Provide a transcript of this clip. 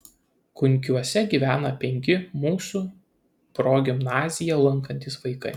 kunkiuose gyvena penki mūsų progimnaziją lankantys vaikai